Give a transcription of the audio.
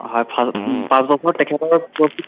হয় ফাচ পাঁচবছৰ তেখেতৰ কোৰ্চটো